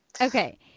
Okay